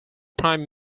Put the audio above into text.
prime